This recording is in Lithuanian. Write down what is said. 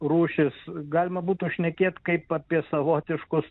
rūšis galima būtų šnekėt kaip apie savotiškus